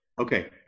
okay